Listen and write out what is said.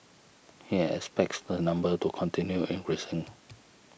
he expects the number to continue increasing